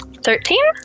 Thirteen